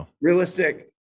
realistic